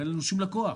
אין לנו שום לקוח.